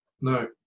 no